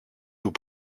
vous